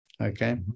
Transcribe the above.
okay